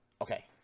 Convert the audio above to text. Okay